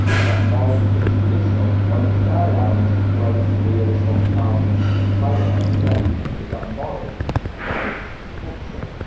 is that moral because its traditional? or in the faroe islands where every single year they slaughter thousands of pilot whales. again is that moral because it's cultural?